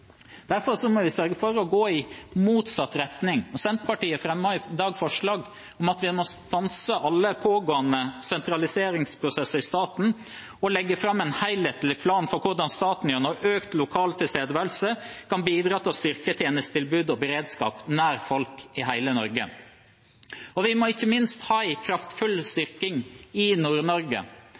Derfor må vi sørge for å gå i motsatt retning. Senterpartiet fremmer i dag forslag om at vi må «stanse alle pågående sentraliseringsprosesser i staten og legge fram en helhetlig plan for hvordan staten gjennom økt lokal tilstedeværelse kan bidra til å styrke tjenestetilbud og beredskap nær folk i hele Norge». Vi må ikke minst ha en kraftfull styrking i